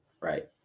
right